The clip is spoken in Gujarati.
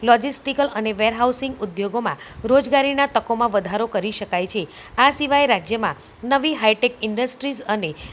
લોજિસ્ટિકલ અને વેરહાઉસિંગ ઉદ્યોગોમાં રોજગારીના તકોમાં વધારો કરી શકાય છે આ સિવાય રાજ્યમાં નવી હાઈટેક ઇન્ડસ્ટ્રીઝ અને